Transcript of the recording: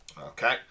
Okay